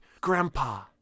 Grandpa